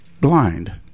blind